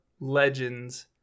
Legends